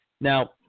Now